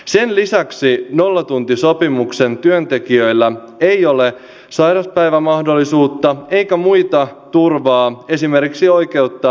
sen lisäksi nollatuntisopimuksen työntekijöillä ei ole sairauspäivämahdollisuutta eikä muuta turvaa esimerkiksi oikeutta ansiosidonnaiseen